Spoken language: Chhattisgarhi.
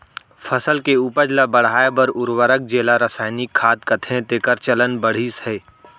फसल के उपज ल बढ़ाए बर उरवरक जेला रसायनिक खाद कथें तेकर चलन बाढ़िस हे